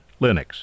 Linux